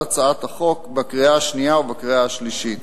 הצעת החוק בקריאה השנייה ובקריאה השלישית.